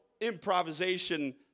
improvisation